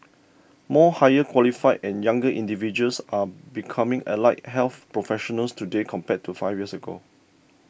more higher qualified and younger individuals are becoming allied health professionals today compared to five years ago